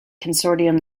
consortium